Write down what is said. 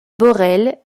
borel